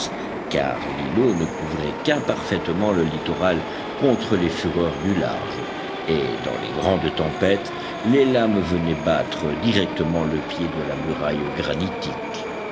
car l'îlot ne couvrait qu'imparfaitement le littoral contre les fureurs du large et dans les grandes tempêtes les lames venaient battre directement le pied de la muraille